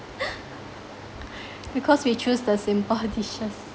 because we choose the simple dishes